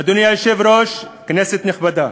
אדוני היושב-ראש, כנסת נכבדה,